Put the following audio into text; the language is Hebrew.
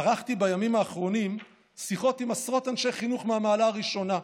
ערכתי בימים האחרונים שיחות עם עשרות אנשי חינוך מן המעלה הראשונה,